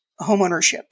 homeownership